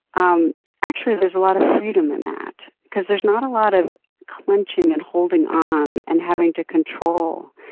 um actually, there's a lot of freedom in that because there's not a lot of clenching, and holding on, and having to control.